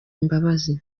imbabazi